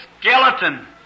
skeleton